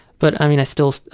but i mean i still